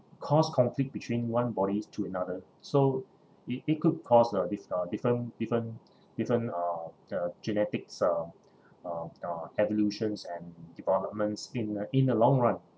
cause conflict between one body to another so it it could cause uh diff~ uh different different different uh uh genetics uh uh uh evolutions and developments in the in the long run